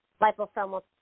liposomal